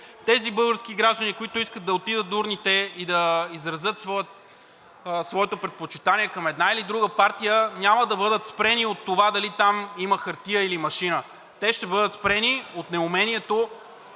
Тези български граждани, които искат да отидат до урните и да изразят своето предпочитание към една или друга партия, няма да бъдат спрени от това дали там има хартия, или машина. Те ще бъдат спрени от неумението